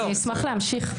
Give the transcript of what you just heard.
אשמח להמשיך.